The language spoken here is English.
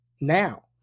now